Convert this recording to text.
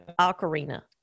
Ocarina